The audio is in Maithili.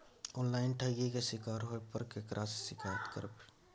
ऑनलाइन ठगी के शिकार होय पर केकरा से शिकायत करबै?